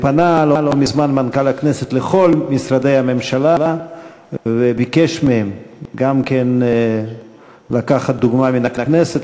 לא מזמן מנכ"ל הכנסת פנה לכל משרדי הממשלה וביקש מהם לקחת דוגמה מהכנסת.